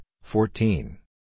fourteen